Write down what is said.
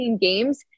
games